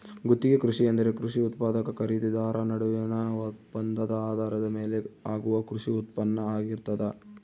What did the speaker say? ಗುತ್ತಿಗೆ ಕೃಷಿ ಎಂದರೆ ಕೃಷಿ ಉತ್ಪಾದಕ ಖರೀದಿದಾರ ನಡುವಿನ ಒಪ್ಪಂದದ ಆಧಾರದ ಮೇಲೆ ಆಗುವ ಕೃಷಿ ಉತ್ಪಾನ್ನ ಆಗಿರ್ತದ